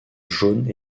jaune